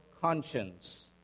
conscience